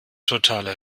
totaler